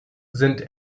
sind